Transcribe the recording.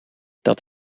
dat